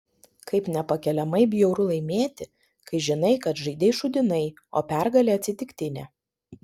kaip nepakeliamai bjauru laimėti kai žinai kad žaidei šūdinai o pergalė atsitiktinė